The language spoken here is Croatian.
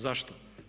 Zašto?